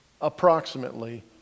approximately